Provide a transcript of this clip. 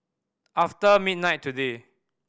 after midnight today